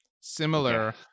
similar